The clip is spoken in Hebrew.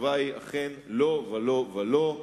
התשובה היא לא ולא ולא,